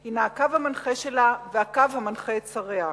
היא הקו המנחה שלה והקו המנחה את שריה.